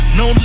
no